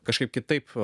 kažkaip kitaip